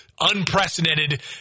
Unprecedented